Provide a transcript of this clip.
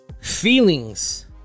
feelings